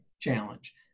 challenge